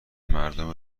مردم